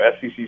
SEC